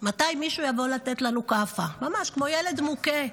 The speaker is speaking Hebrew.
מתי מישהו יבוא לתת לנו כאפה, ממש כמו ילד מוכה.